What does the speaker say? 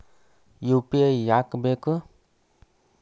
UPI ಯಾಕ್ ಬೇಕು?